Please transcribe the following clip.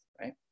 right